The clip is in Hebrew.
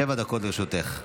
שבע דקות לרשותך.